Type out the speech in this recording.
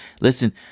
listen